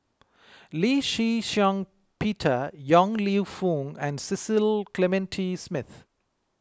Lee Shih Shiong Peter Yong Lew Foong and Cecil Clementi Smith